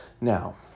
Now